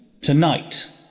Tonight